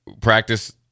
practice